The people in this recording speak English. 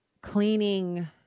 cleaning